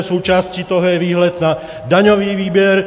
Součástí toho je výhled na daňový výběr.